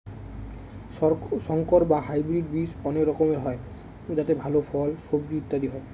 সংকর বা হাইব্রিড বীজ অনেক রকমের হয় যাতে ভাল ফল, সবজি ইত্যাদি হয়